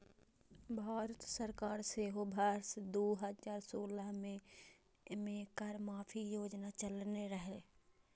भारत सरकार सेहो वर्ष दू हजार सोलह मे कर माफी योजना चलेने रहै